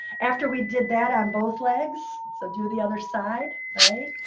after we did that on both legs so do the other side, right?